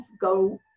go